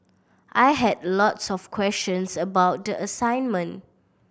I had a lots of questions about the assignment